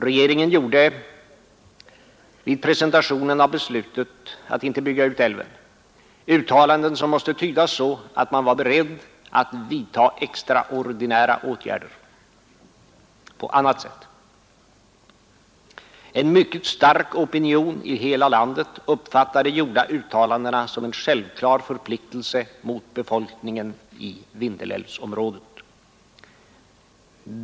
Regeringen gjorde vid presentationen av beslutet att inte bygga ut älven uttalanden som måste tydas så att man var beredd att vidta extraordinära åtgärder. En mycket stark opinion i hela landet uppfattar de gjorda uttalandena som en självklar förpliktelse mot befolkningen i Vindelälvsområdet.